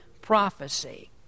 prophecy